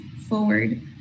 forward